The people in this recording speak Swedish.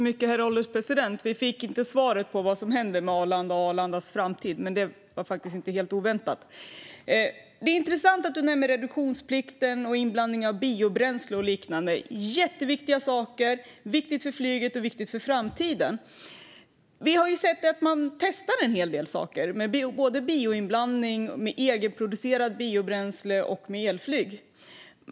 Herr ålderspresident! Vi fick inte svar om vad som händer med Arlanda och med Arlandas framtid, men det var inte helt oväntat. Det är intressant att Lorentz Tovatt nämner reduktionsplikten och inblandning av biobränsle och liknande, som är jätteviktiga saker. Detta är viktigt för flyget och inför framtiden. Vi har sett att man testar en hel del saker, såsom bioinblandning, egenproducerat biobränsle och elflyg.